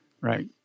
Right